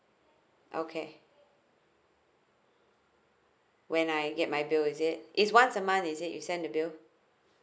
okay when I get my bill is it it's once a month is it you send the bill